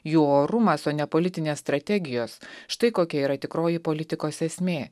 jų orumas o ne politinės strategijos štai kokia yra tikroji politikos esmė